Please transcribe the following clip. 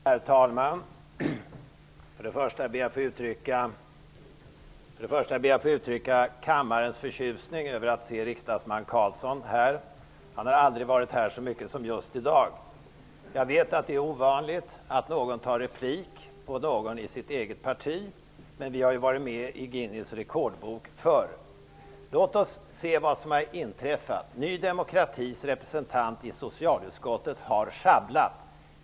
Herr talman! Jag ber att få uttrycka kammarens förtjusning över att se riksdagsman Karlsson här. Han har aldrig varit här så mycket som just i dag. Jag vet att det är ovanligt att man begär replik på någon i sitt eget parti. Men vi har ju varit med i Låt oss se vad som har inträffat. Ny demokratis representant i socialutskottet har sjabblat.